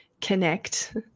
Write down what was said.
connect